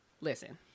listen